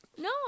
No